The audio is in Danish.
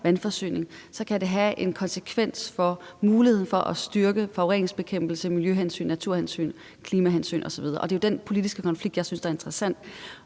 vandforsyning, så kan det have konsekvenser for muligheden for at styrke forureningsbekæmpelse, miljøhensyn, naturhensyn, klimahensyn osv. Det er jo den politiske konflikt, jeg synes er interessant